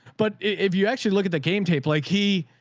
but if you actually look at the game tape, like he,